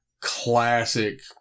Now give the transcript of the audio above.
classic